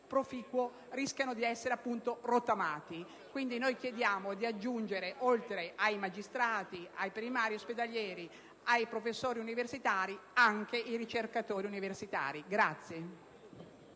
proficuo rischiano di essere appunto rottamati. Chiediamo quindi di aggiungere a tale norma, oltre ai magistrati, ai primari ospedalieri ed ai professori universitari, anche i ricercatori universitari.